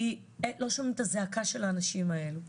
כי לא שומעים את הזעקה של האנשים האלה.